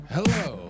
Hello